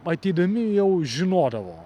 ateidami jau žinodavo